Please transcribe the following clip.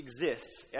exists